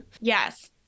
Yes